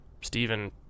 Stephen